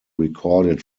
recorded